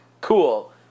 Cool